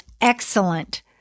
excellent